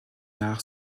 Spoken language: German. nach